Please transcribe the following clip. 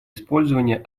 использования